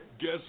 guess